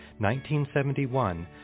1971